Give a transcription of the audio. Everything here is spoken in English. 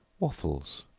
waffles.